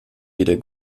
wieder